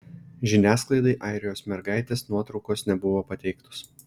žiniasklaidai airijos mergaitės nuotraukos nebuvo pateiktos